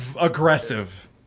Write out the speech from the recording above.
aggressive